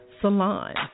Salon